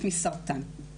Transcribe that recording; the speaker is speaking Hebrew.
בהתחלה בחולות סרטן,